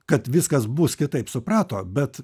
kad viskas bus kitaip suprato bet